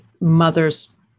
mother's